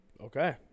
Okay